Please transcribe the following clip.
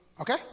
okay